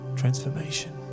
transformation